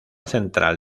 central